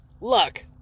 luck